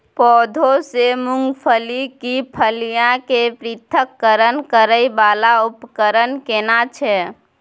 पौधों से मूंगफली की फलियां के पृथक्करण करय वाला उपकरण केना छै?